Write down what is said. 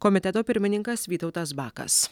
komiteto pirmininkas vytautas bakas